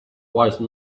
wise